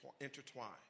intertwined